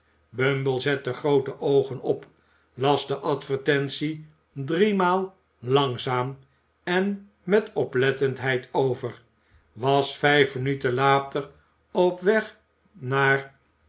bumble zette groote oogen op las de advertentie driemaal langzaam en met oplettendheid over was vijf minuten later op weg naar